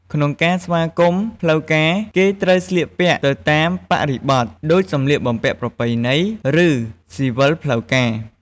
ក្នុងការស្វាគមន៍ផ្លូវការគេត្រូវស្លៀកពាក់ទៅតាមបរិបទ ដូចសម្លៀកបំពាក់ប្រពៃណី ឬស៊ីវិលផ្លូវការ ។